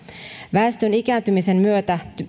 väestön ikääntymisen myötä